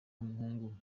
w’umuhungu